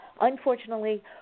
Unfortunately